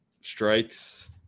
strikes